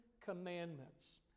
Commandments